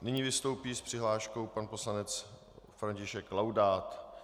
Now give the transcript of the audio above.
Nyní vystoupí s přihláškou pan poslanec František Laudát.